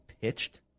pitched